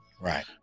Right